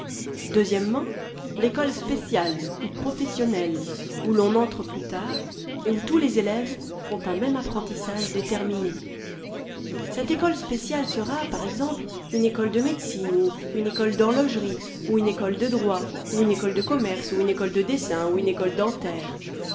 l'école spéciale ou professionnelle où l'on entre plus tard et où tous les élèves font un même apprentissage déterminé cette école spéciale sera par exemple une école de médecine ou une école d'horlogerie ou une école de droit ou une école de commerce ou une école de dessin ou une école dentaire